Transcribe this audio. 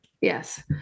Yes